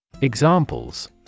Examples